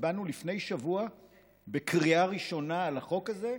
הצבענו לפני שבוע בקריאה ראשונה על החוק הזה.